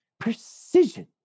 Precision